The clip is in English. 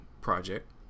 project